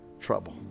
trouble